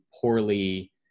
poorly